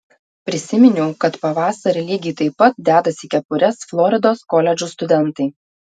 prisiminiau kad pavasarį lygiai taip pat dedasi kepures floridos koledžų studentai